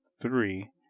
three